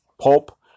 pulp